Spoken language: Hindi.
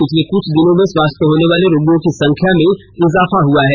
पिछले कुछ दिनों में स्वास्थ होनेवाले रोगियों की संख्या में इजाफा हआ है